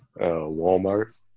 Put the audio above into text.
Walmart